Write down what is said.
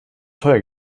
teuer